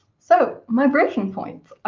so my breaking point.